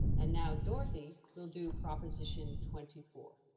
and now dorothy will do proposition twenty four.